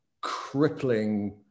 crippling